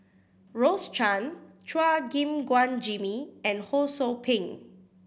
Rose Chan Chua Gim Guan Jimmy and Ho Sou Ping